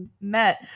met